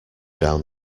down